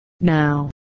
Now